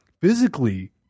physically